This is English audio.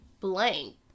Blank